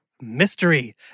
Mystery